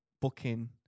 booking